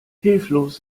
hilflos